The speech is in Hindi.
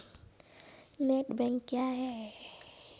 नेट बैंकिंग क्या है?